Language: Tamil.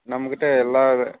நம்மக்கிட்ட எல்லா விதம்